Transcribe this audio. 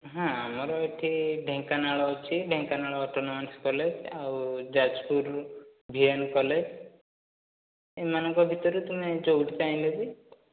ହଁ ଆମର ଏଠି ଢେଙ୍କାନାଳ ଅଛି ଢେଙ୍କାନାଳ ଅଟୋନୋମସ୍ କଲେଜ୍ ଆଉ ଯାଜପୁର ଭି ଏନ୍ କଲେଜ୍ ଏମାନଙ୍କ ଭିତରେ ତୁମେ ଯୋଉଠି ଚାହିଁଲେ ବି